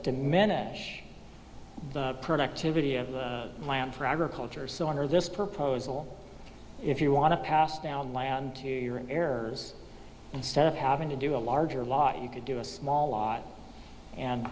diminish the productivity of the land for agriculture so under this proposal if you want to pass down land to your errors instead of having to do a larger lot you could do a small lot and